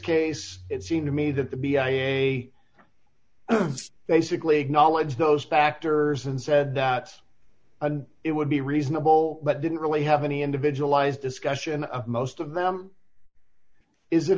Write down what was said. case it seemed to me that the b i a basically acknowledged those factors and said that and it would be reasonable but didn't really have any individualized discussion most of them is